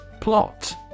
Plot